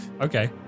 Okay